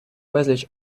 безліч